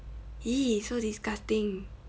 !ee! so disgusting